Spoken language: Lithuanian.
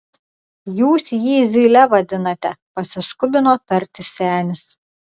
jūs jį zyle vadinate pasiskubino tarti senis